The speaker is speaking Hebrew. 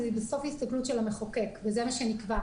זו בסוף הסתכלות של המחוקק, וזה מה שנקבע.